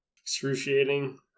Excruciating